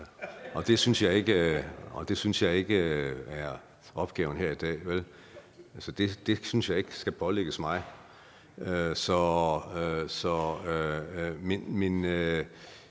og det synes jeg ikke er opgaven her i dag, vel? Altså, det synes jeg ikke skal pålægges mig.